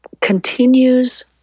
continues